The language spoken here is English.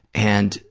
and